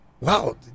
wow